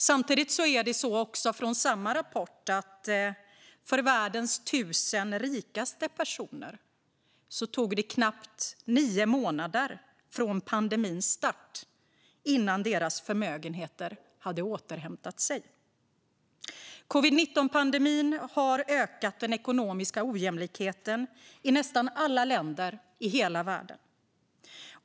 Samtidigt, enligt samma rapport, tog det för världens tusen rikaste personer knappt nio månader från pandemins start innan deras förmögenheter hade återhämtat sig. Covid-19-pandemin har ökat den ekonomiska ojämlikheten i nästan alla länder i hela världen.